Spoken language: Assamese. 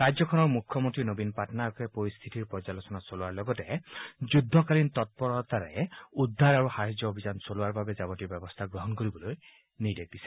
ৰাজ্যখনৰ মুখ্যমন্ত্ৰী নবীন পাটনায়কে পৰিস্থিতি পৰ্যালোচনা চলোৱাৰ লগতে যুদ্ধকালীন তৎপৰতাৰে উদ্ধাৰ আৰু সাহায্য অভিযান চলোৱাৰ বাবে যাৱতীয় ব্যৱস্থা গ্ৰহণ কৰিবলৈ নিৰ্দেশ দিছে